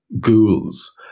ghouls